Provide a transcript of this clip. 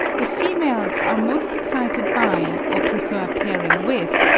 the females are most excited by, or prefer pairing with,